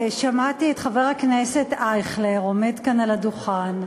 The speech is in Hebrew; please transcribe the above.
שמעתי את חבר הכנסת אייכלר עומד כאן על הדוכן,